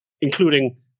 including